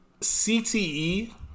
CTE